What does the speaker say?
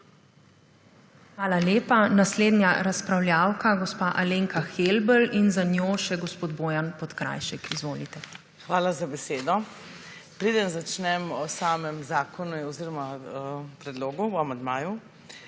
Hvala lepa. Naslednja razpravljavka gospa Alenka Helbl in za njo še gospod Bojan Podkrajšek. Izvolite. ALENKA HELBL (PS SDS): Hvala za besedo. Preden začnem o samem zakonu oziroma predlogu, o amandmaju,